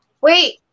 Wait